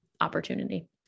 opportunity